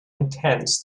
intense